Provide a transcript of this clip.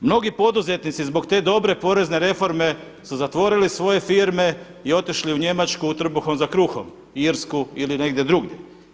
Mnogi poduzetnici zbog te dobre porezne reforme su zatvorili svoje firme i otišli u Njemačku trbuhom za kruhom, Irsku ili negdje drugdje.